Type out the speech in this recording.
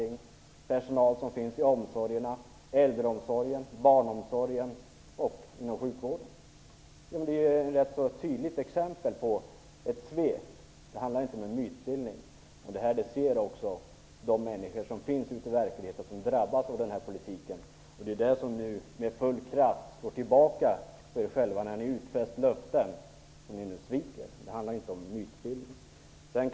Man säger upp personal inom äldreomsorgen, barnomsorgen och sjukvården. Det är ett tydligt exempel på svek. Det handlar inte om någon mytbildning. Det ser de människor som finns ute i verkligheten och som drabbas av denna politik. Det slår med full kraft tillbaka på er själva att ni utfäst löften som ni nu sviker. Det handlar inte om mytbildning.